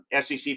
SEC